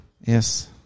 Yes